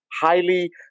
highly